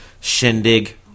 Shindig